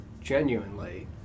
genuinely